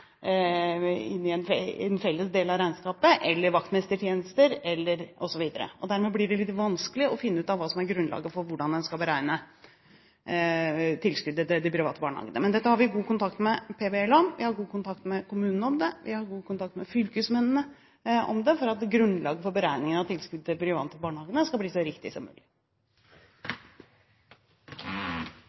del av regnskapet, vaktmestertjenester osv. Dermed blir det litt vanskelig å finne ut av hva som er grunnlaget for hvordan en skal beregne tilskuddet til de private barnehagene. Men dette har vi god kontakt med PBL om, vi har god kontakt med kommunene om det, og vi har god kontakt med fylkesmennene for at grunnlaget for beregning av tilskuddet til de private barnehagene skal bli så riktig som mulig.